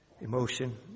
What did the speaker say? emotion